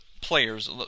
players